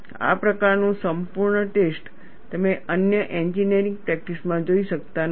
આ પ્રકારનું સંપૂર્ણ ટેસ્ટ તમે અન્ય એન્જિનિયરિંગ પ્રેક્ટિસમાં જોઈ શકતા નથી